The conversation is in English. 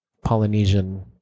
Polynesian